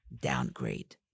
downgrade